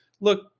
look